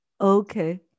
Okay